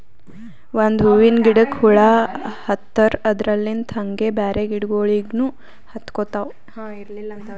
ಒಂದ್ ಹೂವಿನ ಗಿಡಕ್ ಹುಳ ಹತ್ತರ್ ಅದರಲ್ಲಿಂತ್ ಹಂಗೆ ಬ್ಯಾರೆ ಗಿಡಗೋಳಿಗ್ನು ಹತ್ಕೊತಾವ್